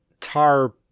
tar